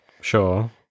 Sure